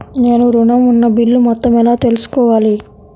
నేను ఋణం ఉన్న బిల్లు మొత్తం ఎలా తెలుసుకోవాలి?